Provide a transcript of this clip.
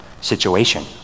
situation